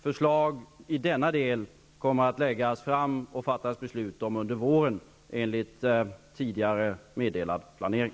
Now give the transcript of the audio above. Förslag läggs fram under våren då det också kommer att fattas beslut, detta enligt tidigare meddelad planering.